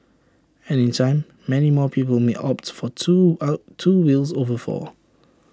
and in time many more people may opt for two out two wheels over four